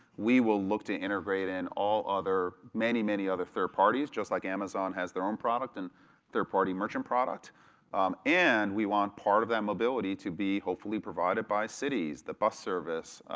we will look to integrate in all other many many other third parties just like amazon has their own product and third party merchant product and we want part of that mobility to be hopefully provided by cities the bus service,